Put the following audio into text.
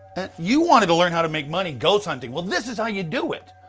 and you wanted to learn how to make money ghost hunting, well this is how you do it.